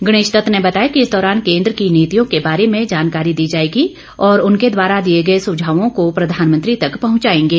गणेश दत्त ने बताया कि इस दौरान केंद्र की नीतियों के बारे में जानकारी देंगे और उनके द्वारा दिए गए सुझावों को प्रधानमंत्री तक पहुंचाएंगे